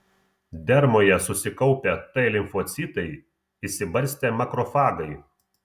dermoje susikaupę t limfocitai išsibarstę makrofagai